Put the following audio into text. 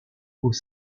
aux